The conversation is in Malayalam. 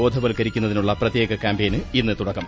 ബോധവത്കരിക്കുന്നതിനുള്ള പ്രത്യേക കൃാമ്പയിന് ഇന്ന് തുടക്കം